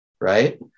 Right